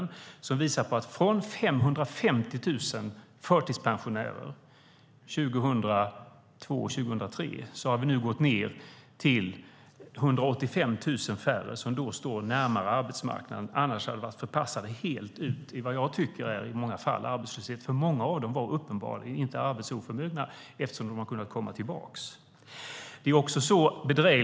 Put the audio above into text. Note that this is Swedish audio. Siffrorna visar att från att ha haft 550 000 förtidspensionärer 2002-2003 har vi nu gått ned till 185 000 färre, vilka därmed står närmare arbetsmarknaden. Min mening är att de annars i många fall hade varit helt förpassade till arbetslöshet. Många av dem var uppenbarligen inte arbetsoförmögna, eftersom de har kunnat komma tillbaka.